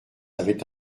avait